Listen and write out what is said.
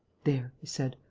there, he said.